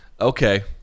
Okay